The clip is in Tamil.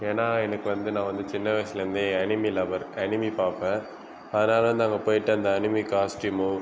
ஏன்னால் எனக்கு வந்து நான் வந்து சின்ன வயசில் இருந்தே அனிமி லவ்வர் அனிமி பார்ப்ப அதனால் வந்து அங்கே போயிட்டு அந்த அனிமி காஸ்ட்யூமும்